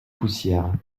poussière